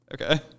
Okay